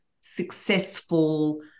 successful